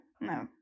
No